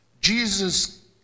Jesus